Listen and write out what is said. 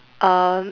uh